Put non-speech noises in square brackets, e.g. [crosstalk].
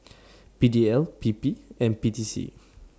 [noise] P D L P P and P T C